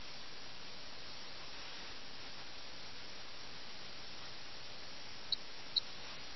തങ്ങളെ രാജാവിന്റെ സന്നിധിയിലേക്ക് വിളിപ്പിക്കാൻ മടങ്ങിവരുന്ന ദൂതനെ കബളിപ്പിക്കാൻ അവർ മെനഞ്ഞെടുത്ത തന്ത്രമാണിത്